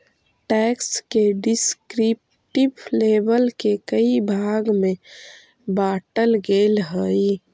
tax के descriptive label के कई भाग में बांटल गेल हई